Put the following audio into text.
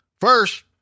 first